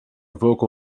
vocal